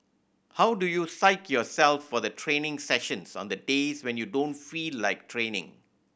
how do you psych yourself for the training sessions on the days when you don't feel like training